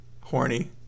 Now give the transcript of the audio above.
horny